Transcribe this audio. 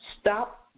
Stop